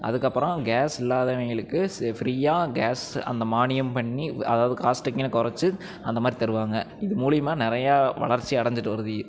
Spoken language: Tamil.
அதுக்கு அப்புறம் கேஸ் இல்லாதவங்களுக்கு ஃப்ரியாக கேஸ் அந்த மானியம் பண்ணி அதாவது காஸ்டிங்க கொறைச்சி அந்தமாதிரி தருவாங்க இது மூலிமா நிறையா வளர்ச்சி அடைஞ்சுட்டு வருது